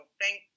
thank